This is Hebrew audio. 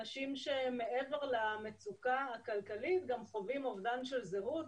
אנשים שמעבר למצוקה הכלכלית גם חווים אובדן של זהות,